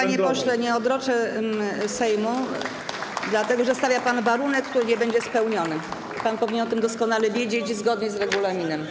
Panie pośle, nie odroczę posiedzenia Sejmu, dlatego że stawia pan warunek, który nie będzie spełniony - pan powinien o tym doskonale wiedzieć - zgodnie z regulaminem.